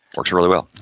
works, really well.